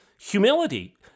Humility